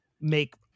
make